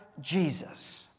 Jesus